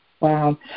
wow